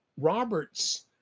Roberts